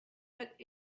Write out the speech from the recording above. but